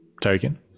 token